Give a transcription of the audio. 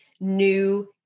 new